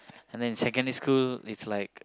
and then secondary school is like